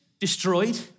destroyed